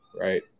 right